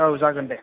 औ जागोन दे